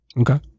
Okay